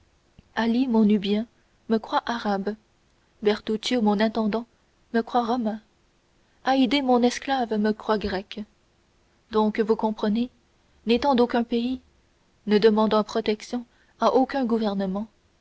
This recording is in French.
mon nubien me croit arabe bertuccio mon intendant me croit romain haydée mon esclave me croit grec donc vous comprenez n'étant d'aucun pays ne demandant protection à aucun gouvernement